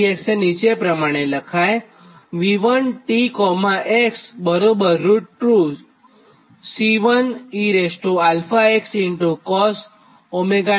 એનો મતલબ કે V1t x એ નીચે પ્રમાણે લખાય